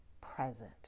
present